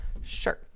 Sure